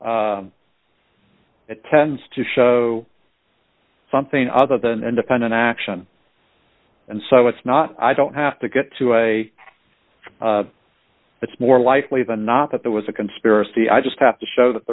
whether it tends to show something other than independent action and so it's not i don't have to get to a it's more likely than not that there was a conspiracy i just have to show that